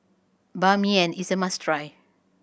Ban Mian is a must try